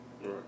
Right